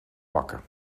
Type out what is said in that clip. pakken